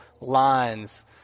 lines